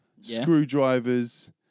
screwdrivers